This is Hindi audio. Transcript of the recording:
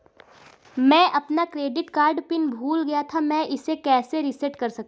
मैं अपना क्रेडिट कार्ड पिन भूल गया था मैं इसे कैसे रीसेट कर सकता हूँ?